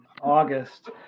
August